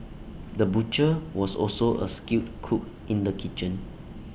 the butcher was also A skilled cook in the kitchen